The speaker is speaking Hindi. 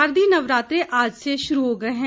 शारदीय नवरात्रे आज से शुरू हो गए हैं